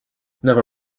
never